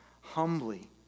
humbly